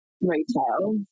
retail